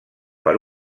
per